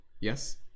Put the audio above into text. Yes